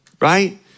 right